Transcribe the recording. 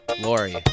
Lori